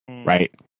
right